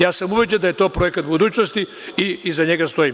Ja sam ubeđen da je to projekat budućnosti i iza njega stojim.